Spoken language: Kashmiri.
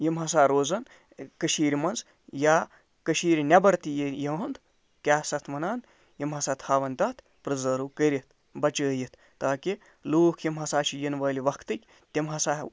یِم ہسا روزان کٔشیٖرِ منٛز یا کٔشیٖرِ نٮ۪بَر تہِ یِہُنٛد کیٛاہ سَتھ وَنان یِم ہسا تھاوان تَتھ پرٛزٲرٕو کٔرِتھ بچٲوِتھ تاکہِ لوٗکھ یِم ہسا چھِ یِنہٕ وٲلۍ وقتٕکۍ تِم ہسا